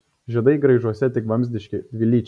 žiedai graižuose tik vamzdiški dvilyčiai